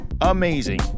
amazing